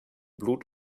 blut